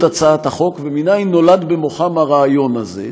הצעת החוק ומניין נולד במוחם הרעיון הזה,